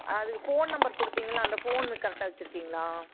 அதுக்கு phone number கொடுத்திங்கள்ல அந்த ஃபோன்னு கரெக்டாக வச்சிருக்கீங்ளா